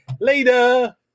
later